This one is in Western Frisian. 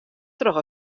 troch